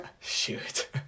Shoot